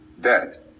dead